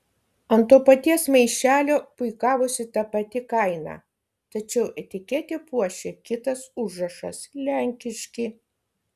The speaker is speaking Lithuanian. ant to paties maišelio puikavosi ta pati kaina tačiau etiketę puošė kitas užrašas lenkiški